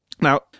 Now